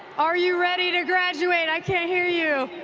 are you ready to graduate? i can't hear you.